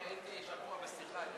אני הייתי שקוע בשיחה עם,